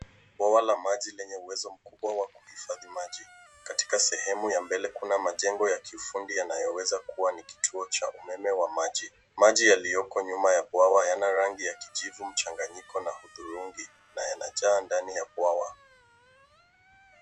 Bwawa la maji lenye uwezo mkubwa wa kuhifadhi maji. Katika sehemu ya mbele kuna majengo ya kiufundi yanayoweza kuwa ni kituo cha umeme wa maji. Maji yaliyoko nyuma ya bwawa yana rangi ya kijivu mchanganyiko na hudhurungi na yanajaa ndani ya bwawa.